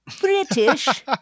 British